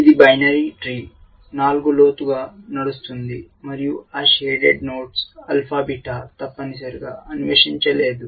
ఇది binary game tree 4 లోతుగా నడుస్తుంది మరియు ఆ షేడెడ్ నోడ్స్ ఆల్ఫా బీటా తప్పనిసరిగా అన్వేషించలేదు